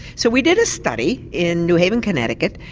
so we did a study in new haven connecticut,